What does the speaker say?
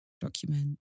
document